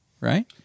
Right